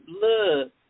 Look